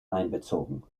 einbezogen